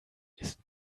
ist